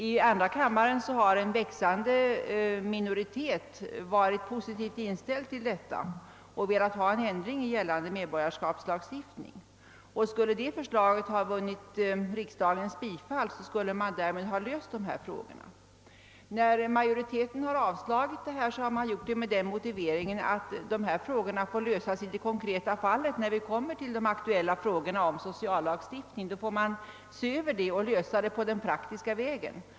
I andra kammaren har en växande minoritet varit positivt inställd till denna tanke och velat ha en ändring av gällande medborgarskapslagstiftning. Hade detta förslag vunnit riksdagens bifall, skulle man därmed ha löst dessa problem. Majoriteten har avslagit motionsförslagen med den motiveringen att dessa frågor får lösas i det konkreta fallet. När man kommer till de aktuella frågorna om sociallagstiftningen får man se över dem och lösa problemen den praktiska vägen.